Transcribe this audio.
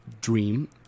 dream